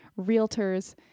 realtors